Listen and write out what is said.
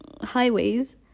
highways